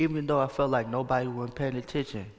even though i felt like nobody were paying attention